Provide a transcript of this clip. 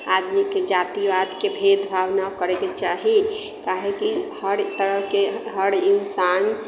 आदमीकेँ जातिवादके भेदभाव न करयके चाही काहे कि हर तरहके हर इन्सान